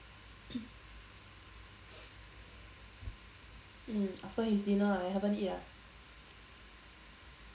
mm after his dinner I haven't eat ah